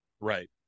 Right